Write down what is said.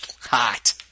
Hot